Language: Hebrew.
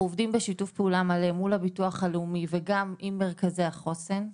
אנחנו עובדים בשיתוף פעולה מלא מול הביטוח הלאומי וגם עם מרכזי החוסן.